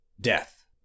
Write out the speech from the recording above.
Death